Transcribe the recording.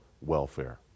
welfare